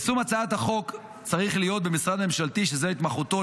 יישום הצעת החוק צריך להיות במשרד ממשלתי שזו התמחותו,